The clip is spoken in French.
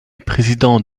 président